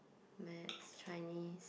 Maths Chinese